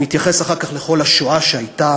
ומתייחס אחר כך לכל השואה שהייתה,